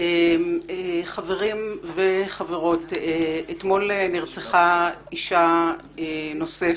חברים וחברות, אתמול נרצחה נוספת.